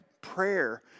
prayer